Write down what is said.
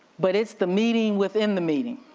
but it's the meeting within the meeting.